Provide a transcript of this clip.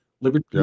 Liberty